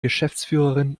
geschäftsführerin